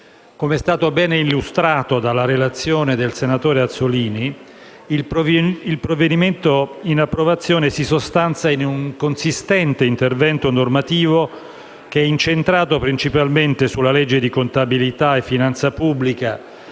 Come è stato ben illustrato nella relazione del senatore Azzollini, il provvedimento in approvazione si sostanzia di un consistente intervento normativo incentrato principalmente sulla legge di contabilità e finanza pubblica